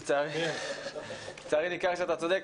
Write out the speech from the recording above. לצערי, ניכר שאתה צודק.